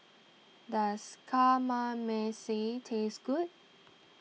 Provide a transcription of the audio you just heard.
does Kamameshi taste good